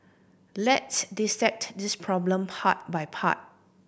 let's dissect this problem part by part